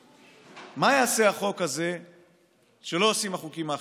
מה יעשה החוק הזה שלא עושים החוקים האחרים?